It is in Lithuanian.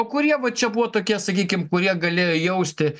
o kurie va čia buvo tokie sakykim kurie galėjo jausti